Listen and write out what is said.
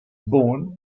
born